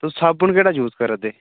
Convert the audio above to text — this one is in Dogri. तुस साबुन केह्ड़ा यूज करा दे